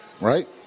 right